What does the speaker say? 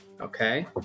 Okay